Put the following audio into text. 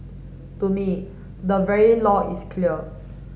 to me the very law is clear